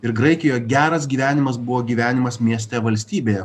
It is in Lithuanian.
ir graikijoj geras gyvenimas buvo gyvenimas mieste valstybėje